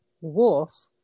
wolf